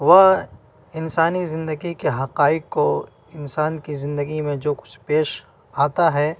وہ انسانی زندگی کے حقائق کو انسان کی زندگی میں جو کچھ پیش آتا ہے